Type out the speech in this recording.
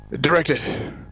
Directed